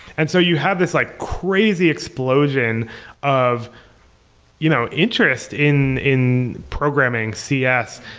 and so you have this like crazy explosion of you know interest in in programming, cs,